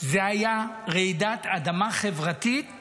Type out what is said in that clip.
זו הייתה רעידת אדמה חברתית